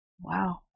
wow